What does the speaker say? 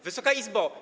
Wysoka Izbo!